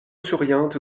souriante